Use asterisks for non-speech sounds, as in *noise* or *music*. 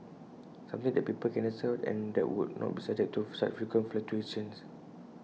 *noise* something that people can understand and that would not be subject to such frequent fluctuations